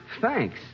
Thanks